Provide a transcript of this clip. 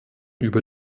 über